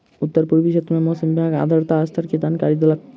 उत्तर पूर्वी क्षेत्र में मौसम विभाग आर्द्रता स्तर के जानकारी देलक